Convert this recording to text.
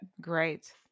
Great